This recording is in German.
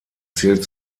zählt